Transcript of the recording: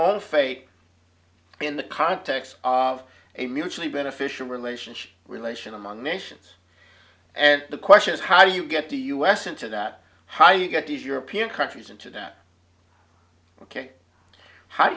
own fate in the context of a mutually beneficial relationship relation among nations and the question is how you get the u s into that how you get these european countries into that ok how do